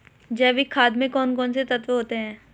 जैविक खाद में कौन कौन से तत्व होते हैं?